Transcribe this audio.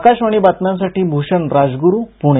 आकाशवाणी बातम्यांसाठी भूषण राजगुरू पूणे